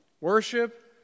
Worship